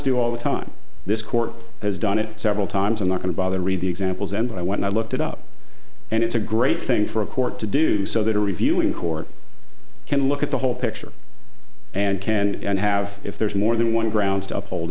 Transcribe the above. do all the time this court has done it several times i'm not going to bother to read the examples and i when i looked it up and it's a great thing for a court to do so that a reviewing court can look at the whole picture and can and have if there is more than one grounds to uphold